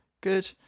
good